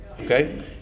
Okay